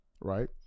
Right